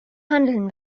handeln